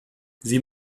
sie